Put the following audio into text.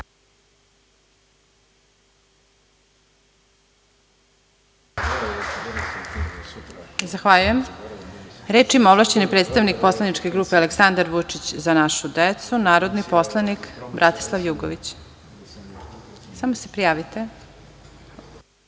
Zahvaljujem. Reč ima ovlašćeni predstavnik poslaničke grupe Aleksandar Vučić – „Za našu decu“, narodni poslanik Bratislav Jugović. Izvolite.